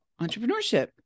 entrepreneurship